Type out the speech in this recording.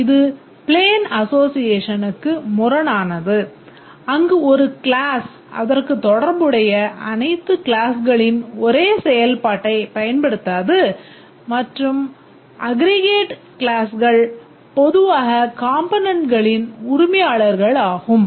இது பிளேன் அசோஸியேஷனுக்கு உரிமையாளர்கள் ஆகும்